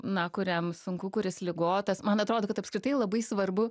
na kuriam sunku kuris ligotas man atrodo kad apskritai labai svarbu